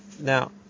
now